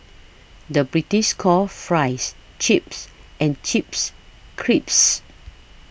the British calls Fries Chips and Chips Crisps